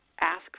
ask